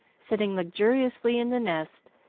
sitting luxuriously in the nest,